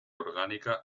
orgánica